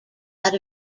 out